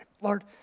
Lord